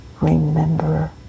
remember